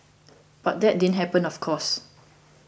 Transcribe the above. but that didn't happen of course